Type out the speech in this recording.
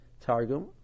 Targum